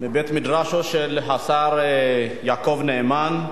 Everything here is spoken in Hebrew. מבית-מדרשו של השר יעקב נאמן,